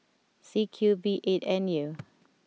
C Q B eight N U